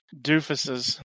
doofuses